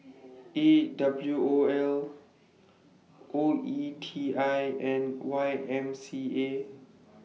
A W O L O E T I and Y M C A